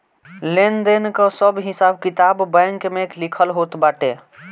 लेन देन कअ सब हिसाब किताब बैंक में लिखल होत बाटे